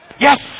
Yes